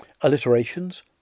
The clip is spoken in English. Alliterations